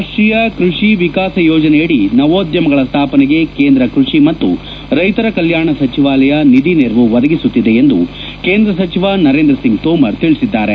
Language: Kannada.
ರಾಷ್ಟೀಯ ಕೃಷಿ ವಿಕಾಸ ಯೋಜನೆಯಡಿ ನವೋದ್ಯಮಗಳ ಸ್ವಾಪನೆಗೆ ಕೇಂದ್ರ ಕೃಷಿ ಮತ್ತು ರೈತರ ಕಲ್ಯಾಣ ಸಚಿವಾಲಯ ನಿಧಿ ನೆರವು ಒದಗಿಸುತ್ತಿದೆ ಎಂದು ಕೇಂದ್ರ ಸಚಿವ ನರೇಂದ್ರ ಸಿಂಗ್ ತೋಮರ್ ತಿಳಿಸಿದ್ದಾರೆ